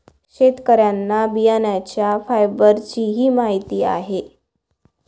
शेतकऱ्यांना बियाण्यांच्या फायबरचीही माहिती आहे